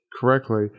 correctly